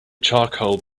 charcoal